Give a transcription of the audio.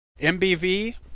MBV